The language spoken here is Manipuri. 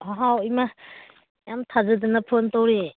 ꯍꯥꯎ ꯏꯃꯥ ꯌꯥꯝ ꯊꯥꯖꯗꯅ ꯐꯣꯟ ꯇꯧꯔꯛꯑꯦ